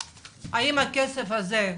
איך הם התנהלו עם הכסף הזה?